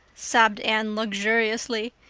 sobbed anne luxuriously.